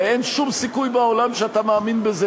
הרי אין שום סיכוי בעולם שאתה מאמין בזה,